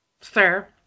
Sir